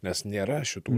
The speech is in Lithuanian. nes nėra šitų